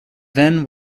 then